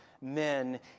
men